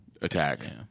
attack